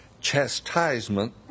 chastisement